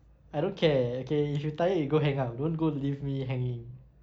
I don't care okay if you tired you go hang up don't go leave me hanging